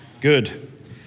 good